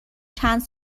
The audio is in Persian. چند